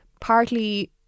partly